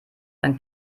dann